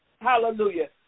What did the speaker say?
Hallelujah